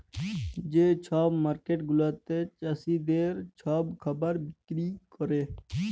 যে ছব মার্কেট গুলাতে চাষীদের ছব খাবার বিক্কিরি ক্যরে